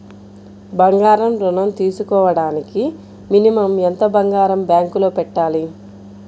బంగారం ఋణం తీసుకోవడానికి మినిమం ఎంత బంగారం బ్యాంకులో పెట్టాలి?